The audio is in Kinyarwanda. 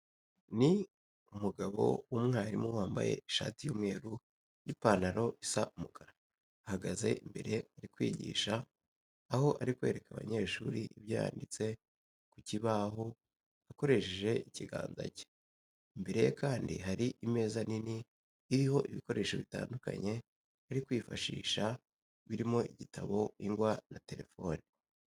Ni umugabo w'umwarimu wambaye ishati y'umweru n'ipantaro isa umukara. Ahagaze imbere ari kwigisha aho ari kwereka abanyeshuri ibyo yanditse ku kibaho akoresheje ikiganza cye. Imbere ye kandi hari imeza nini iriho ibikoresho bitandukanye ari kwifashisha birimo igitabo, ingwa na telefone.